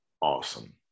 Awesome